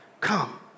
Come